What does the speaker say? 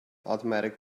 automatic